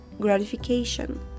gratification